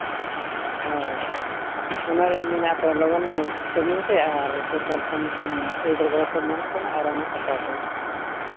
ᱦᱳᱭ ᱚᱱᱟᱜᱤᱧ ᱢᱮᱱᱟ ᱟᱯᱮ ᱞᱚᱜᱚᱱ ᱴᱨᱮᱹᱱᱤᱝ ᱯᱮ ᱟᱨ ᱥᱚᱨᱠᱟᱨ ᱥᱮᱱ ᱠᱷᱚᱱ ᱟᱹᱰᱤ ᱰᱷᱮᱨ ᱜᱚᱲᱚ ᱥᱚᱯᱚᱫ ᱧᱟᱢᱚᱜ ᱠᱟᱱᱟ ᱟᱨ ᱚᱱᱟ ᱦᱟᱛᱟᱣ ᱯᱮ